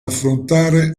affrontare